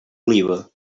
oliva